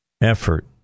effort